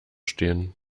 stehen